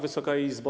Wysoka Izbo!